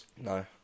No